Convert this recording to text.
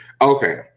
Okay